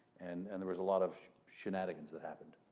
and and there was a lot of shenanigans that happened,